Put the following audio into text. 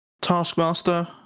Taskmaster